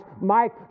Mike